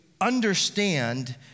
understand